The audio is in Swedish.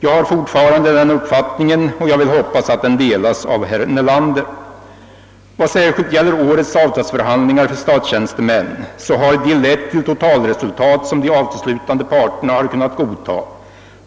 Jag har fortfarande den uppfattningen och vill hoppas att den delas av herr Nelander. Vad särskilt gäller årets avtalsförhandlingar för statstjänstemän kan jag nämna att de lett till totalresultat som de avtalsslutande parterna har kunnat godta.